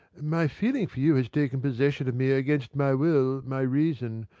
my feeling for you has taken possession of me against my will, my reason,